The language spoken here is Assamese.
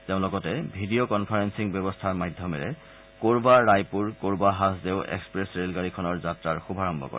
তেওঁ লগতে ভিডিঅ কনফাৰেপিং ব্যৱস্থাৰ মাধ্যমেৰে কোৰবা ৰায়পুৰ কোৰবা হাজদেও এক্সপ্ৰেছ ৰেলগাড়ীখন যাত্ৰাৰ শুভাৰম্ভ কৰে